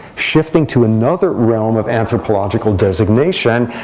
shifting to another realm of anthropological designation,